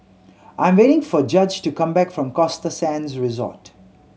I am waiting for Judge to come back from Costa Sands Resort